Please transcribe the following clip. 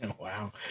Wow